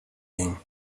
ایم